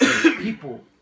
people